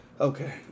Okay